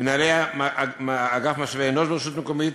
מנהלי אגף משאבי אנוש ברשות המקומית,